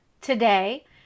Today